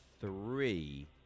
three